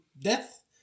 Death